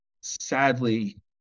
sadly